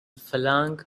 flung